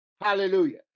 hallelujah